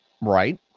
Right